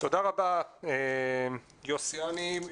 תודה רבה, יוסי אני.